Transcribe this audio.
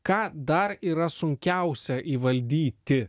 ką dar yra sunkiausia įvaldyti